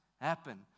happen